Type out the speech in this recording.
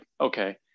okay